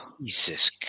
Jesus